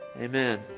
Amen